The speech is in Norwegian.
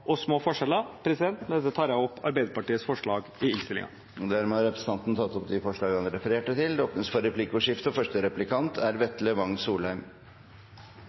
og små forskjeller. Med dette tar jeg opp de forslag Arbeiderpartiet har i innstillingene – alene eller sammen med andre. Representanten Trond Giske har tatt opp de forslagene han refererte til. Det blir replikkordskifte. I valgkampen sa Arbeiderpartiets leder, Jonas Gahr Støre – og